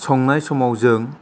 संनाय समाव जों